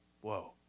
Whoa